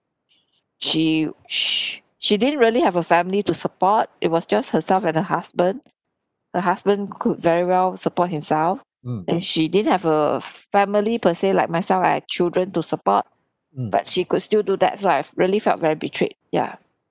she she she didn't really have a family to support it was just herself and her husband her husband could very well support himself and she didn't have a family per se like myself I have children to support but she could still do that lah I really felt very betrayed ya